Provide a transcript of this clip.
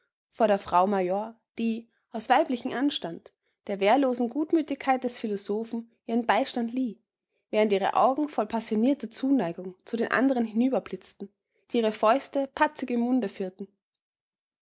vor der frau major die aus weiblichem anstand der wehrlosen gutmütigkeit des philosophen ihren beistand lieh während ihre augen voll passionierter zuneigung zu den anderen hinüberblitzten die ihre fäuste patzig im munde führten